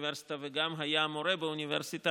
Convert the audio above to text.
באוניברסיטה וגם היה מורה באוניברסיטה,